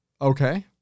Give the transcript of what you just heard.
Okay